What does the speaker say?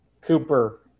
Cooper